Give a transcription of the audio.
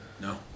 No